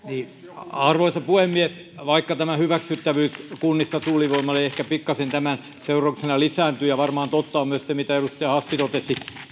arvoisa puhemies vaikka tämä hyväksyttävyys kunnissa tuulivoimalle ehkä pikkasen tämän seurauksena lisääntyy ja varmaan totta on myös se mitä edustaja hassi totesi